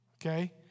okay